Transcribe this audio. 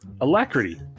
alacrity